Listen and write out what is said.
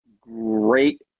great